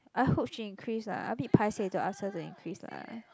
I hope she increase lah I a bit paiseh to ask her to increase lah